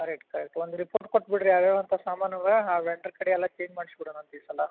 correct correct ಒಂದು report ಕೊಟ್ಬಿಡ್ರಿ ಯಾವ್ಯಾವ್ದ್ ಅಂತ ಸಾಮಾನು ಇವೆ ಆ ವೆಂಡ್ರ್ ಕಡೆಯೆಲ್ಲ ಚೇಂಜ್ ಮಾಡ್ಸ್ಬಿಡೋಣಂತ್ ಈ ಸಲ